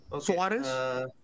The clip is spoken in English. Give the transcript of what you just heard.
Suarez